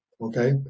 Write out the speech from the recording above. Okay